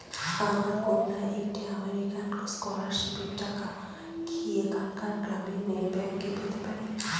আমার কন্যা একটি আমেরিকান স্কলারশিপের টাকা কি এখানকার গ্রামীণ ব্যাংকে পেতে পারে?